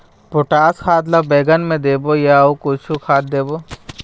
Potash खाद ला बैंगन मे देबो नई या अऊ कुछू खाद देबो?